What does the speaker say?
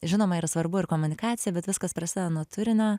žinoma yra svarbu ir komunikacija bet viskas prasideda nuo turinio